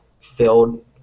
filled